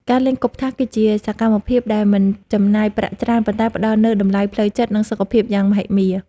ការលេងគប់ថាស គឺជាសកម្មភាពដែលមិនចំណាយប្រាក់ច្រើន ប៉ុន្តែផ្ដល់នូវតម្លៃផ្លូវចិត្ត និងសុខភាពយ៉ាងមហិមា។